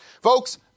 Folks